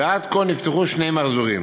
ועד כה נפתחו שני מחזורים.